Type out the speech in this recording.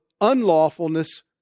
unlawfulness